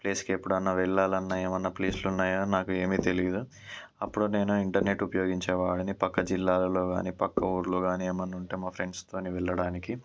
ప్లేస్కి ఎప్పుడన్నా వెళ్లాలన్న ఏమన్నా ప్లేసులు ఉన్నాయా నాకు ఏమీ తెలియదు అప్పుడు నేను ఇంటర్నెట్ ఉపయోగించేవాడిని పక్క జిల్లాల్లో కాని పక్క ఊరిలో కాని ఏమన్నా ఉంటే మా ఫ్రెండ్స్ తోటి వెళ్లడానికి